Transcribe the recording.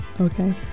Okay